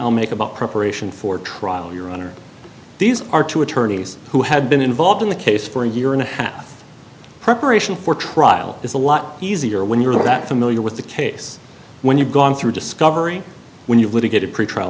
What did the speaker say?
i'll make about preparation for trial your honor these are two attorneys who had been involved in the case for a year and a half preparation for trial is a lot easier when you're that familiar with the case when you've gone through discovery when you litigated pretrial